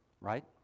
Right